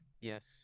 Yes